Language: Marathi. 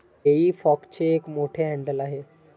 हेई फॉकचे एक मोठे हँडल आहे